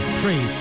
three